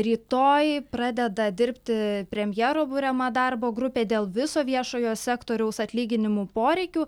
rytoj pradeda dirbti premjero buriama darbo grupė dėl viso viešojo sektoriaus atlyginimų poreikių